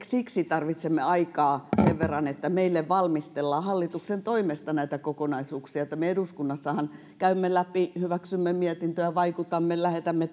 siksi tarvitsemme aikaa sen verran että meille valmistellaan hallituksen toimesta näitä kokonaisuuksia joita me eduskunnassa käymme läpi hyväksymme mietintöjä vaikutamme lähetämme